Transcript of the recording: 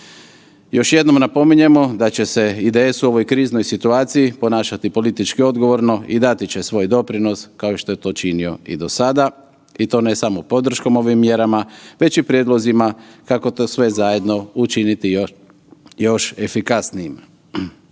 Još jednom napominjemo da će se IDS u ovoj kriznoj situaciji ponašati politički odgovorno i dati će svoj doprinos kao što je to činio i do sada i to ne samo podrškom ovim mjerama, već i prijedlozima kako to sve zajedno učiniti još efikasnijim.